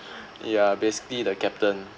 ya basically the captain